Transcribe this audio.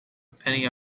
penny